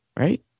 Right